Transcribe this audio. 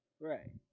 Right